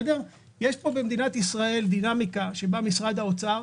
יש במדינת ישראל דינמיקה שבה משרד האוצר